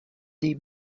des